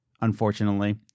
unfortunately